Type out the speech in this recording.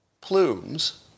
plumes